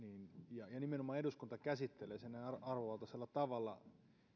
ja että nimenomaan eduskunta käsittelee sen arvovaltaisella tavalla